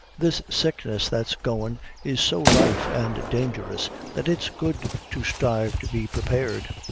this sickness that's goin' is so rife and dangerous that it's good to sthrive to be prepared,